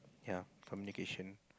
yea communication